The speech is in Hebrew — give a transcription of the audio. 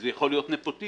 זה יכול להיות נפוטיסטי.